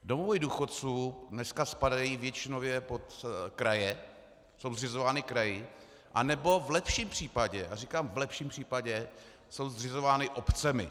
Domovy důchodců dneska spadají většinově pod kraje, jsou zřizovány kraji, nebo v lepším případě, a říkám v lepším případě, jsou zřizovány obcemi.